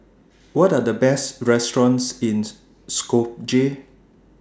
What Are The Best restaurants in Skopje